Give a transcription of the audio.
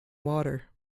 water